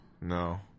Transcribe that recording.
No